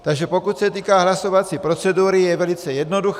Takže pokud se týká hlasovací procedury, je velice jednoduchá.